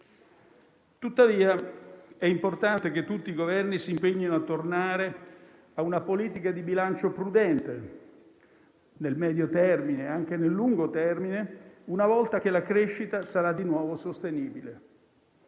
È però importante che tutti Governi si impegnino a tornare a una politica di bilancio prudente, nel medio e anche lungo termine, una volta che la crescita sarà di nuovo sostenibile.